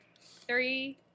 Three